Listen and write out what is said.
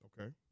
Okay